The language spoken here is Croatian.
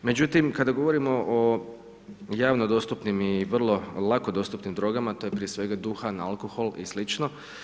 Međutim, kada govorimo o javno dostupnim i vrlo lako dostupnim drogama to je prije svega duhan, alkohol i slično.